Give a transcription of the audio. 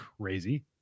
crazy